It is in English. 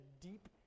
deep